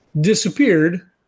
disappeared